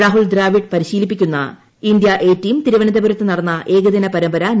രാഹുൽ ദ്രാവിഡ് പരിശീലിപ്പിക്കുന്ന ഇന്ത്യ തിരുവനന്തപുരത്ത് നടന്ന ഏകദിനപരമ്പര ന് എ